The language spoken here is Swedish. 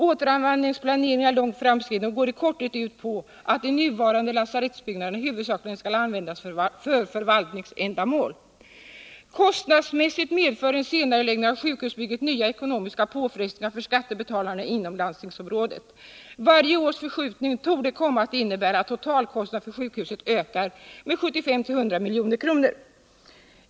Återanvändningsplaneringen är långt framskriden och går i korthet ut på att de nuvarande lasarettsbyggnaderna huvudsakligen skall användas för förvaltningsändamål. Kostnadsmässigt medför en senareläggning av sjukhusbygget nya ekonomiska påfrestningar för skattebetalarna inom landstingsområdet. Varje års förskjutning torde komma att innebära att totalkostnaden för sjukhuset ökar med 75-100 milj.kr.